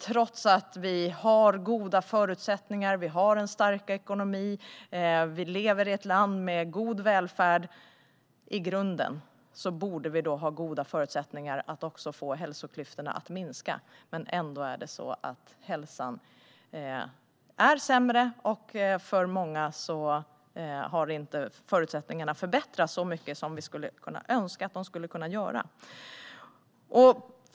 Trots att vi i grunden borde ha goda förutsättningar att få hälsoklyftorna att minska - vi har en stark ekonomi och lever i ett land med god välfärd - är det så att hälsan är sämre. För många har förutsättningarna inte heller förbättrats så mycket som vi skulle kunna önska att de gjorde.